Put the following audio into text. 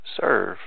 serve